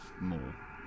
more